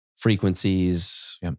Frequencies